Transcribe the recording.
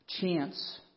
chance